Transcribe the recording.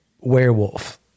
werewolf